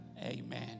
amen